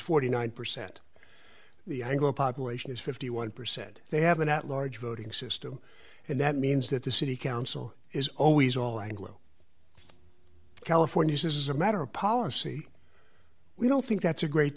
forty nine percent the anglo population is fifty one percent they have an at large voting system and that means that the city council is always all anglo california this is a matter of policy we don't think that's a great